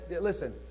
listen